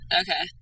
okay